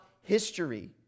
history